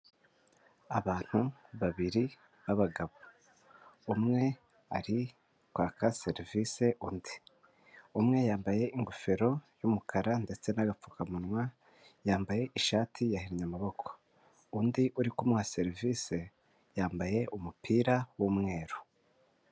Abantu babiri b'abagabo, umwe ari kwaka serivise undi, umwe yambaye ingofero y'umukara ndetse n'agapfukamunwa, yambaye ishati yahinnye amaboko, undi uri kumuha serivisi yambaye umupira w'umweru.